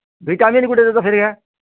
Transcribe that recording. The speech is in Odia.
ଭିଟାମିନ୍ ଗୁଟେ ଦେ ତ ଫ୍ରି'ରେ